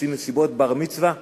עושים בר-מצווה במטווח,